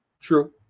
True